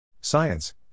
Science